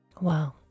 Wow